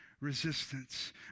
resistance